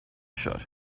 shut